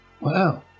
Wow